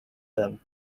them